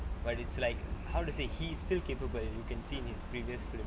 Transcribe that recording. but it's like how to say he's still capable you can see his previous film